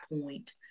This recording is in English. point